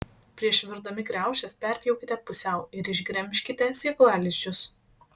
prieš virdami kriaušes perpjaukite pusiau ir išgremžkite sėklalizdžius